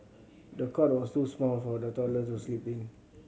the cot was too small for the toddler to sleep in